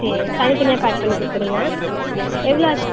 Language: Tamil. சரி தனித்தனியாக பேக் பண்ணி கொடுத்துருங்க எவ்வளோ ஆச்சு